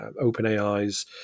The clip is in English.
OpenAI's